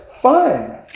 fine